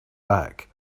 back